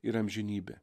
ir amžinybė